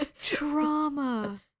trauma